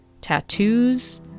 tattoos